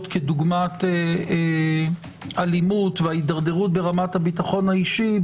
כדוגמת אלימות וההידרדרות ברמת הביטחון האישי,